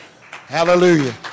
hallelujah